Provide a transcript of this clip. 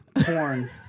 Porn